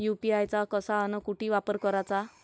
UPI चा कसा अन कुटी वापर कराचा?